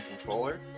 controller